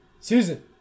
Susan